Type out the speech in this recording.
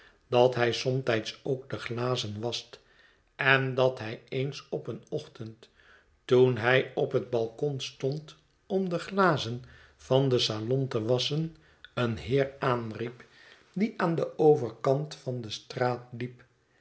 dat bij somtijds ook de glazen wascht en dat hij eens op een ochtend toen hij op het balcon ston'd om de glazen van den salon te wassclen een heer aanriep die aan den overkant tfa n de straat liep